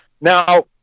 Now